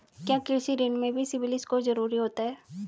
क्या कृषि ऋण में भी सिबिल स्कोर जरूरी होता है?